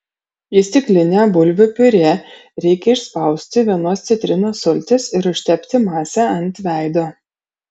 į stiklinę bulvių piurė reikia išspausti vienos citrinos sultis ir užtepti masę ant veido